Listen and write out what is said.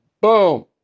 boom